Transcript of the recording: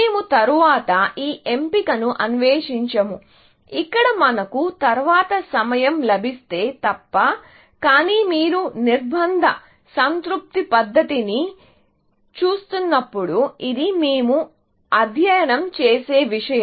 మేము తరువాత ఈ ఎంపికను అన్వేషించము ఇక్కడ మనకు తరువాత సమయం లభిస్తే తప్ప కానీ మీరు నిర్బంధ సంతృప్తి పద్ధతిని చూసినప్పుడు ఇది మేము అధ్యయనం చేసే విషయం